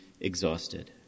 exhausted